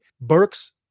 Burks